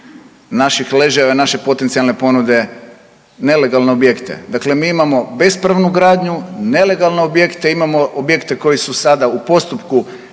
naših ležajeva i naše potencijalne ponude nelegalne objekte. Dakle, mi imamo bespravnu gradnju, nelegalne objekte, imamo objekte koji su sada u postupku